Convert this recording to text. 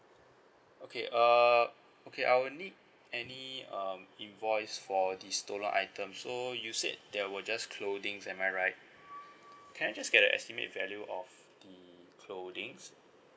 okay err okay I'll need any um invoice for the stolen item so you said there were just clothings am I right can I just get estimate value of the clothings